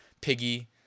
Piggy